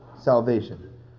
salvation